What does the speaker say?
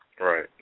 Right